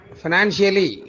financially